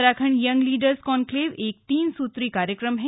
Uttarakhand young leaders conclave एक तीन सूत्री कार्यक्रम है